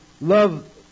love